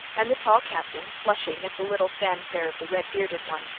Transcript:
and the tall captain, flushing at the little fanfare of the red-bearded one,